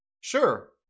sure